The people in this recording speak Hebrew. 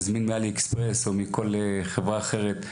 מזמין לארץ מעלי אקספרס או מכל חברה אחרת.